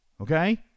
Okay